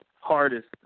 hardest